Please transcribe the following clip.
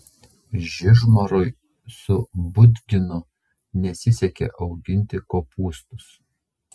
žižmarui su budginu nesisekė auginti kopūstus